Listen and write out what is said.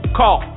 call